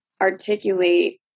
articulate